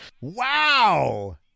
Wow